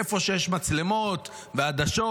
איפה שיש מצלמות ועדשות,